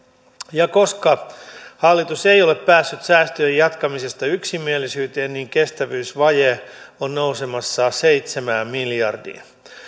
ja koska hallitus ei ole päässyt säästöjen jatkamisesta yksimielisyyteen niin kestävyysvaje on nousemassa seitsemään miljardiin